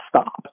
stop